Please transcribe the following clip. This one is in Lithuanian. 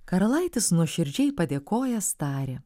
karalaitis nuoširdžiai padėkojęs tarė